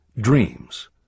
Dreams